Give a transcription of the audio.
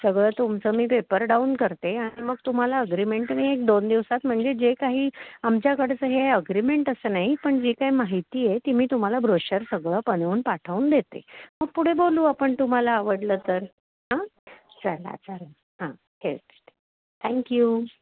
सगळं तुमचं मी पेपर डाऊन करते आणि मग तुम्हाला अग्रीमेंटने एक दोन दिवसात म्हणजे जे काही आमच्याकडंचं हे अग्रीमेंट असं नाही पण जे काही माहिती आहे ती मी तुम्हाला ब्रोशर सगळं बनवून पाठवून देते मग पुढे बोलू आपण तुम्हाला आवडलं तर हां चला चालेल हां ठेवते थँक्यू